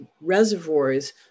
reservoirs